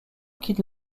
quitte